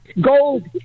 gold